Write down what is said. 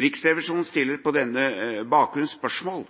Riksrevisjonen stiller på denne bakgrunn spørsmål